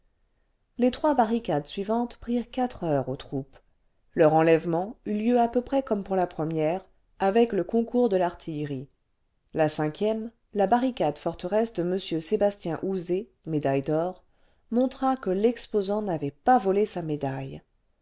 les trois barricades suivantes prirent quatre heures aux troupes leur enlèvement eut lieu à peu près comme pour la première avec le concours de l'artillerie la cinquième la barricade forteresse de m sébastien houzé médaille d'or montra que l'exposant n'avait pas volé sa médaille